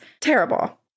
Terrible